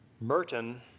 Merton